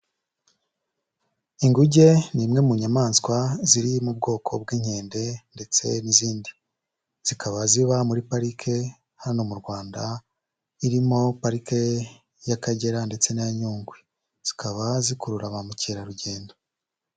Inguge ni imwe mu nyamaswa ziri mu bwoko bw'inkende ndetse n'izindi, zikaba ziba muri parike hano mu Rwanda, irimo parike y'Akagera ndetse n'iya Nyungwe, zikaba zikurura ba mukerarugendo.